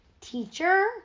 teacher